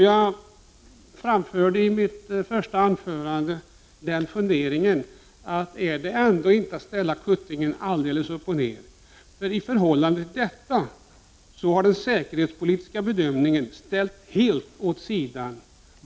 Jag framförde i mitt första anförande funderingen: Är ändå inte detta att ställa kuttingen alldeles upp och ner? I förhållande till detta har ju den säkerhetspolitiska bedömningen ställts helt åt sidan.